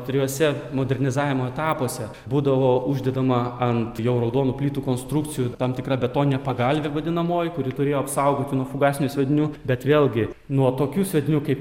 trijuose modernizavimo etapuose būdavo uždedama ant jau raudonų plytų konstrukcijų tam tikra betoninė pagalvė vadinamoji kuri turėjo apsaugoti nuo fugasinių sviedinių bet vėlgi nuo tokių sviedinių kaip